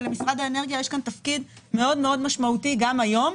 ולמשרד האנרגיה יש כאן תפקיד משמעותי מאוד גם היום,